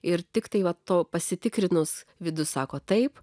ir tiktai va to pasitikrinus vidus sako taip